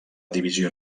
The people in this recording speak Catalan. divisió